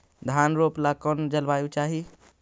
धान रोप ला कौन जलवायु चाही?